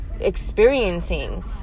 experiencing